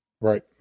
Right